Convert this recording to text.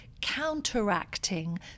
counteracting